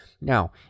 Now